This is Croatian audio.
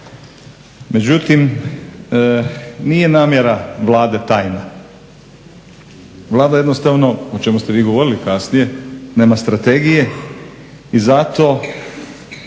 Međutim, nije namjera Vlade tajna, Vlada jednostavno, o čemu ste vi govorili kasnije nema strategije i zato